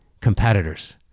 competitors